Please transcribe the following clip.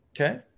Okay